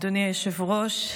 אדוני היושב-ראש,